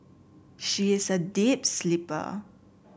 she is a deep sleeper